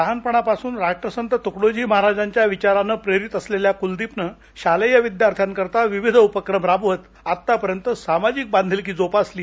लहानपणा पासूनच राष्ट्रसंत तुकडोजी महराजांच्या विचारांनी प्रेरीत असलेल्या कुलदीपनं शालेय विद्यार्थ्याकरता विविध उपक्रम राबवत आतापर्यंत सामाजिक बांधिलकी जोपसली